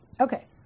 Okay